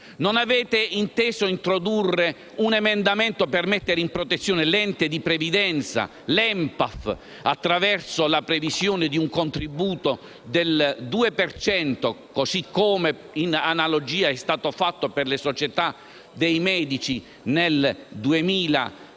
Non avete inteso introdurre un emendamento per mettere in protezione l'ente di previdenza, l'ENPAF, attraverso la previsione di un contributo del 2 per cento, così come in analogia è stato fatto per le società dei medici nel 2006.